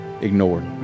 ignored